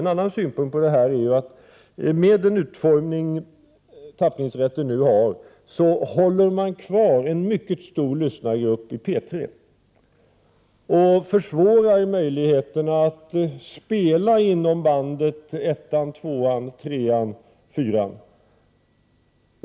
En annan synpunkt på detta är ju att man med den utformning som tappningsrätten nu har håller kvar en mycket stor lyssnargruppi P 3 och försvårar möjligheterna att spela inom bandet P1, P2, P3 och P4.